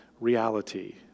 reality